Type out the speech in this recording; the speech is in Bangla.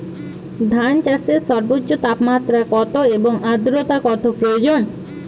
ধান চাষে সর্বোচ্চ তাপমাত্রা কত এবং আর্দ্রতা কত প্রয়োজন?